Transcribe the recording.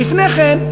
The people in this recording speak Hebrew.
ולפני כן,